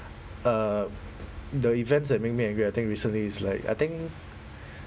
uh the events that makes me angry I think recently it's like I think